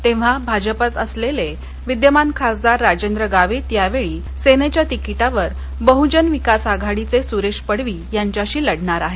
तेव्हा भाजपत सलेले विद्यमान खासदार डॉक्टर राजेंद्र गावित यावेळी सेनेच्या तिकीटावर बहजन वंचित आघाडीचे सुरेश पडवी यांच्याशी लढणार आहेत